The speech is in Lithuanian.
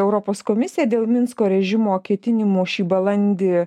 europos komisiją dėl minsko režimo ketinimų šį balandį